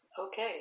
okay